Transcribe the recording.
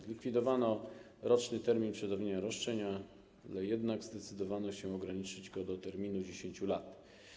Zlikwidowano roczny termin przedawnienia roszczenia, ale jednak zdecydowano się ograniczyć go do terminu 10 lat.